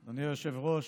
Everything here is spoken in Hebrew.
היושב-ראש,